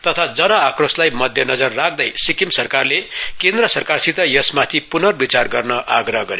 तथा जन आक्रोशलाई मध्य नजर राख्दै सिक्किम सरकारले केन्द्र सरकारसित यस माथि पूर्नविचार गर्न आग्रह गरेको थियो